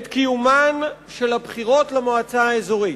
את קיומן של בחירות למועצה האזורית.